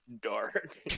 dark